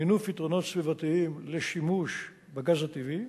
מינוף יתרונות סביבתיים לשימוש בגז הטבעי,